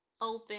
open